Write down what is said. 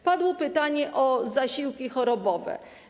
Padło pytanie o zasiłki chorobowe.